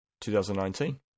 2019